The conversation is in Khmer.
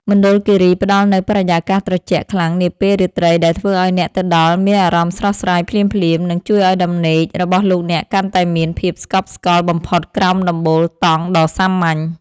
មណ្ឌលគីរីផ្តល់នូវបរិយាកាសត្រជាក់ខ្លាំងនាពេលរាត្រីដែលធ្វើឱ្យអ្នកទៅដល់មានអារម្មណ៍ស្រស់ស្រាយភ្លាមៗ និង ជួយឱ្យដំណេករបស់លោកអ្នកកាន់តែមានភាពស្កប់ស្កល់បំផុតក្រោមដំបូលតង់ដ៏សាមញ្ញ។